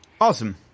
Awesome